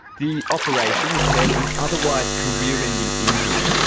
the operation repairs an otherwise career ending injury,